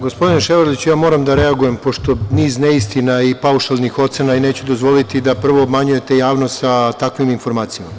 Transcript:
Gospodine Ševarliću, ja moram da reagujem pošto niz neistina i paušalnih ocena i neću dozvoliti da prvo obmanjujete javnost sa takvim informacijama.